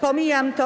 Pomijam to.